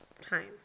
time